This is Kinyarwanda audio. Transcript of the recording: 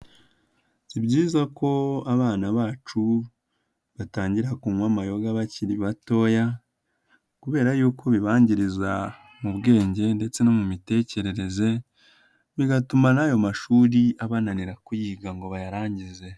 Si byiza ko abana bacu batangira kunywa amayoga bakiri batoya kubera yuko bibangiriza mu bwenge ndetse no mu mitekerereze, bigatuma n'ayo mashuri abananira kuyiga ngo bayarangize.